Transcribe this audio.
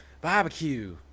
Barbecue